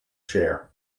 chair